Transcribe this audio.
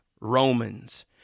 Romans